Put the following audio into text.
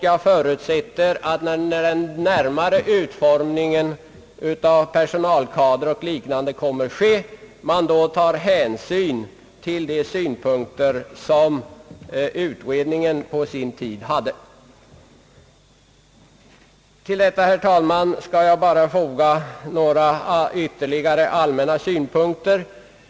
Jag förutsätter att man, när den närmare utformningen av personalka der och liknande kommer att ske, tar hänsyn till de synpunkter som utredningen på sin tid hade. Till detta, herr talman, skall jag bara ytterligare foga några allmänna synpunkter.